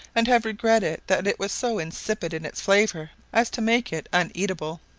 and have regretted that it was so insipid in its flavour as to make it uneatable.